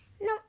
No